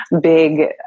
big